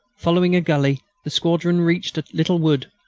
following a gully, the squadron reached a little wood,